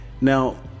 Now